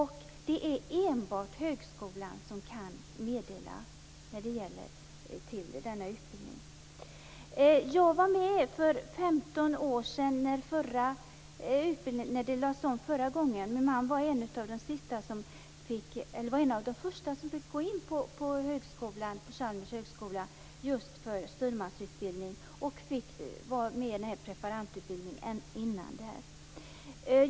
Det är enbart högskolan som kan meddela denna utbildning. Jag var med för 15 år sedan när utbildningen lades om förra gången. Min man var en av de första som fick gå in på Chalmers högskola just för styrmansutbildning och vara med på preparandutbildningen där.